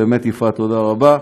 באמת, יפעת, תודה רבה.